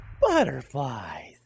Butterflies